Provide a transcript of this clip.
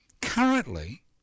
Currently